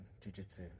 jiu-jitsu